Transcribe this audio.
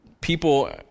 people